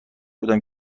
بودم